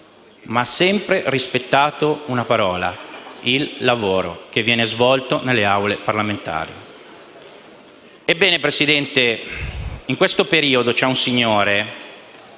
ma ha sempre rispettato la dizione: “il lavoro che viene svolto nelle Aule parlamentari”.